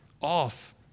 off